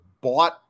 bought